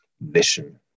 vision